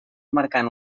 marcant